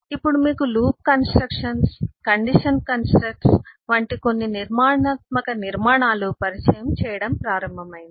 ఇప్పుడు మీకు loop constructs condition constructs వంటి కొన్ని నిర్మాణాత్మక నిర్మాణాలు పరిచయం చేయడం ప్రారంభమైంది